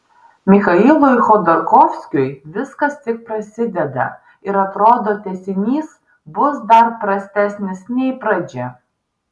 michailui chodorkovskiui viskas tik prasideda ir atrodo tęsinys bus dar prastesnis nei pradžia